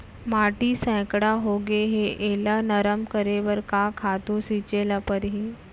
माटी सैकड़ा होगे है एला नरम करे बर का खातू छिंचे ल परहि?